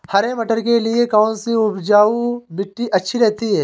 हरे मटर के लिए कौन सी उपजाऊ मिट्टी अच्छी रहती है?